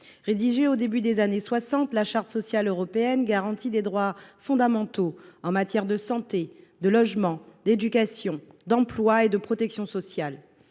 Rédigée au début des années 1960, la Charte sociale européenne garantit des droits fondamentaux en matière de santé, de logement, d’éducation, d’emploi et de protection sociale.